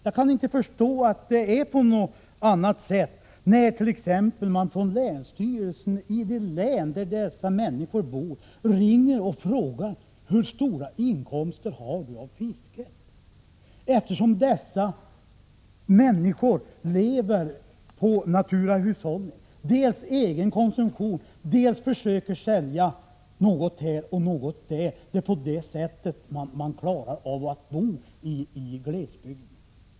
Jag kan inte förstå annat än att det är på det sättet när människor t.ex. blir uppringda från sin länsstyrelse och tillfrågade om hur stora inkomster de har av fiske. De människor som det gäller lever på naturahushållning. Dels konsumerar de själva av fisken, dels försöker de sälja något här och något där. Det är på det sättet man klarar att bo i fjälltrakternas glesbygder.